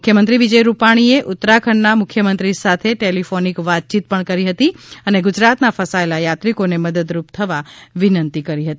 મુખ્યમંત્રી વિજય રૂપાણીએ ઉત્તરાખંડના મુખ્યમંત્રી સાથે ટેલીફોનીક વાતયીત કરી હતી અને ગુજરાતના ફસાયેલા યાત્રીકોને મદદરૂપ થવા વિનંતી કરી હતી